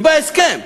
היא בהסכם.